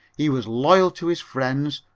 he was loyal to his friends,